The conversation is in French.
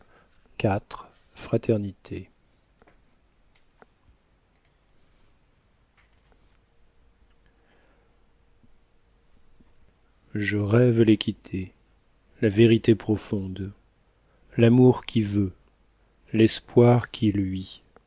je rêve l'équité la vérité profonde l'amour qui veut l'espoir qui luit